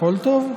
הכול טוב.